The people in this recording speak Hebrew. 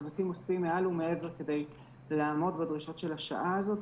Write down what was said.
הצוותים עושים מעל ומעבר כדי לעמוד בדרישות השעה הזו,